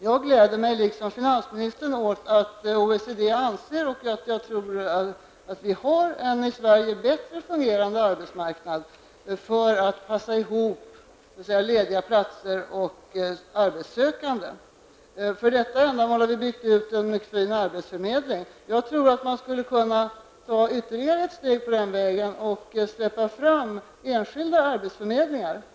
Jag, liksom finansministern, glädjer mig åt att OECD anser, vilket jag tror stämmer, att vi i Sverige har en bättre fungerande arbetsmarknad för att passa ihop lediga platser och arbetssökande. För detta ändamål har vi byggt ut en mycket fin arbetsförmedling. Jag tror att man skall ta ytterligare ett steg på den vägen och släppa fram enskilda arbetsförmedlingar.